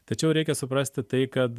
tačiau reikia suprasti tai kad